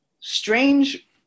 strange